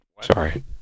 Sorry